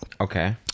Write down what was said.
Okay